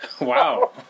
Wow